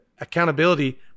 Accountability